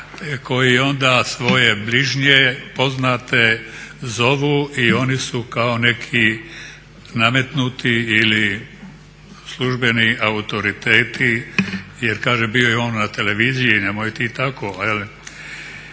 koji onda svoje bližnje, poznate zovu i oni su kao neki nametnuti ili službeni autoriteti jer kaže bio je on na televiziji, nemoj ti tako. Dakle